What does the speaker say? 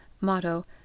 Motto